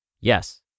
Yes